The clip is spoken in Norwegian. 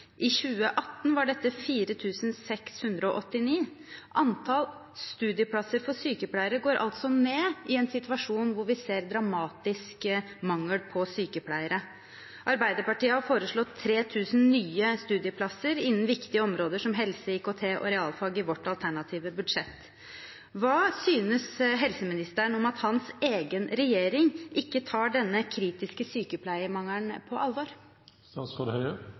I 2018 var det 4 689. Antall studieplasser på sykepleiestudiet går altså ned i en situasjon der vi ser en dramatisk mangel på sykepleiere. Arbeiderpartiet har foreslått 3 000 nye studieplasser innen viktige områder som helse, IKT og realfag i sitt alternative budsjett. Hva synes helseministeren om at den regjeringen han selv sitter i, ikke tar denne kritiske sykepleiermangelen på